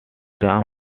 shandy